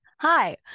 Hi